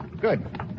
Good